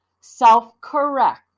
Self-correct